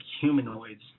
humanoids